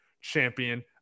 champion